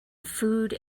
food